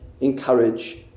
encourage